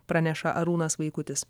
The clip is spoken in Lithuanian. praneša arūnas vaikutis